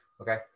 Okay